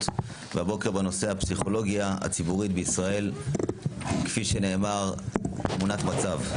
הבוקר בנושא "הפסיכולוגיה הציבורית בישראל תמונת מצב".